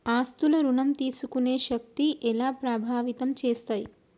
ఆస్తుల ఋణం తీసుకునే శక్తి ఎలా ప్రభావితం చేస్తాయి?